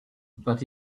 but